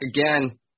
again